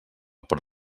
per